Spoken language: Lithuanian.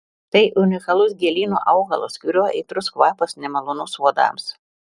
tai unikalus gėlyno augalas kurio aitrus kvapas nemalonus uodams